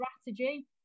strategy